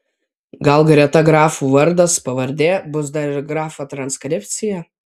gal greta grafų vardas pavardė bus dar ir grafa transkripcija